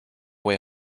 way